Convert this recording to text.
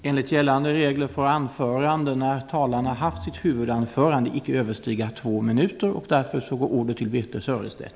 Enligt gällande regler får anförande när talarna haft sitt huvudanförande icke överstiga två minuter. Därför går ordet till Birthe Sörestedt.